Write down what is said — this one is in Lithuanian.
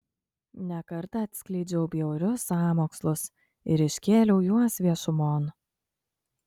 ne kartą atskleidžiau bjaurius sąmokslus ir iškėliau juos viešumon